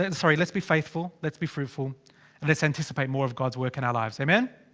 and sorry, lets be faithful, lets be fruitful. and lets anticipate more of god's work in our lives. amen?